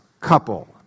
couple